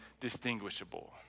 distinguishable